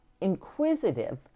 inquisitive